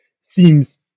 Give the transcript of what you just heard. seems